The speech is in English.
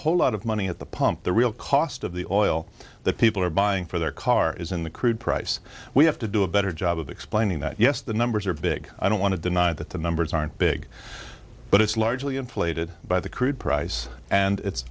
whole lot of money at the pump the real cost of the oil that people are buying for their car is in the crude price we have to do a better job of explaining that yes the numbers are big i don't want to deny that the numbers aren't big but it's largely inflated by the crude price and it's